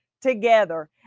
together